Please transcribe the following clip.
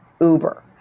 Uber